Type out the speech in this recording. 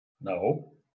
No